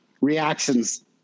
reactions